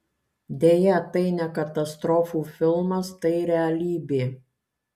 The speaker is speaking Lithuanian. deja tai ne katastrofų filmas tai realybė